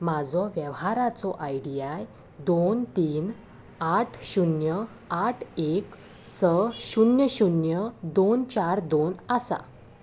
म्हाजो वेव्हाराचो I D आय दोन तीन आठ शुन्य आठ एक स शुन्य शुन्य दोन चार दोन आसा